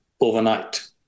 overnight